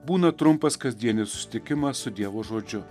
būna trumpas kasdienį susitikimą su dievo žodžiu